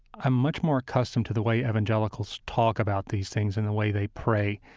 i'm much more accustomed to the way evangelicals talk about these things and the way they pray,